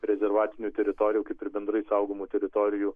rezervatinių teritorijų kaip ir bendrai saugomų teritorijų